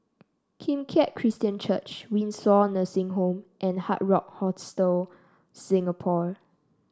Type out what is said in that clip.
Kim Keat Christian Church Windsor Nursing Home and Hard Rock Hostel Singapore